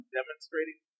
demonstrating